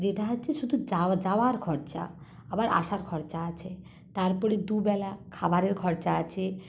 যেটা হচ্ছে শুধু যাওয়া যাওয়ার খরচা আবার আসার খরচা আছে তারপরে দুবেলা খাবারের খরচা আছে